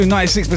96%